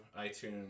iTunes